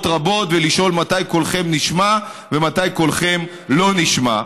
רבות ולשאול מתי קולכם נשמע ומתי קולכם לא נשמע.